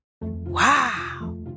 Wow